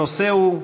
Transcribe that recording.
הנושא הוא: